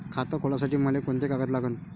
खात खोलासाठी मले कोंते कागद लागन?